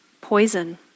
poison